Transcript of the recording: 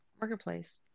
Marketplace